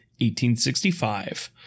1865